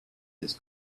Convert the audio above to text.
its